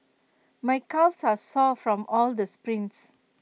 my calves are sore from all the sprints